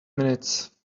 minutes